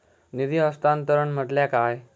निधी हस्तांतरण म्हटल्या काय?